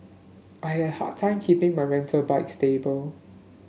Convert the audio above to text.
I had a hard time keeping my rental bike stable